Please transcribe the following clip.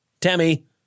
Tammy